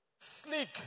sleek